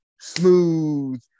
smooth